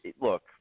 look